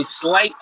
slight